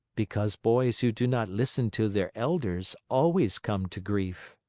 because boys who do not listen to their elders always come to grief.